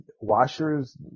washers